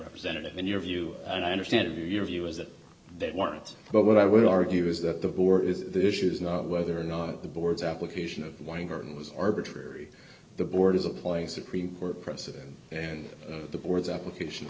representative in your view and i understand your view is that they weren't but what i would argue is that the war is the issues not whether or not the boards application of weingarten was arbitrary the board is applying supreme court precedent and the board's application